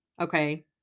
okay